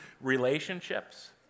relationships